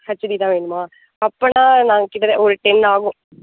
HD தான் வேணுமா அப்படின்னா நாங்கள் கிட்டதட்ட ஒரு டென் ஆகும்